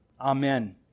Amen